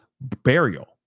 burial